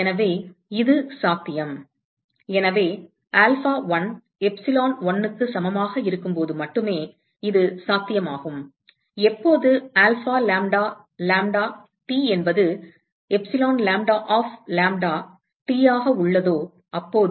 எனவே இது சாத்தியம் எனவே ஆல்பா1 எப்சிலோன்1க்கு சமமாக இருக்கும்போது மட்டுமே இது சாத்தியமாகும் எப்போது ஆல்பா லாம்ப்டா லாம்ப்டா T என்பது எப்சிலான் லாம்ப்டா ஆப் லாம்ப்டாT ஆக உள்ளதோ அப்போது